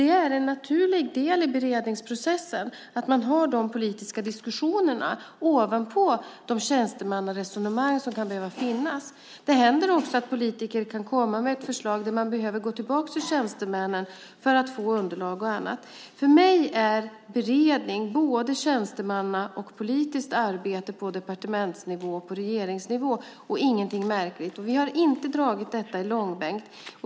Det är en naturlig del i beredningsprocessen att man har politiska diskussioner ovanpå de tjänstemannaresonemang som kan finnas. Det kan också hända att politiker kan komma med ett förslag där man behöver gå tillbaka till tjänstemännen för att få underlag och annat. För mig är beredning både tjänstemannaarbete och politiskt arbete på departements och regeringsnivå. Det är ingenting märkligt. Vi har inte dragit detta i långbänk.